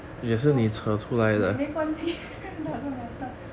so 没没关系 doesn't matter